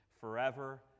forever